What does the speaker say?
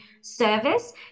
service